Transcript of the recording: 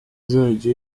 izajya